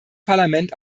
parlament